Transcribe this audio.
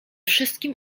wszystkim